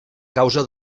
causa